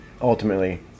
Ultimately